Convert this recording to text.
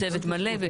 בצוות מלא.